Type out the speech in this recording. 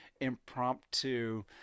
impromptu